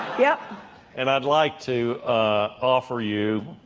yeah and i'd like to offer you